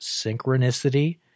synchronicity